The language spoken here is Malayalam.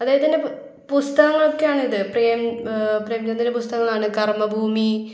അദ്ദേഹത്തിൻ്റെ പുസ്തകങ്ങളൊക്കെയാണിത് പ്രേം പ്രേംചന്ദിൻ്റെ പുസ്തകങ്ങളാണ് കർമ്മഭൂമി